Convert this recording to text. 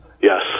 Yes